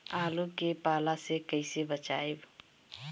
आलु के पाला से कईसे बचाईब?